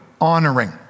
honoring